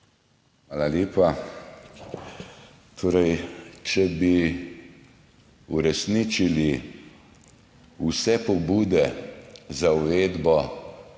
Hvala lepa. Če bi uresničili vse pobude za uvedbo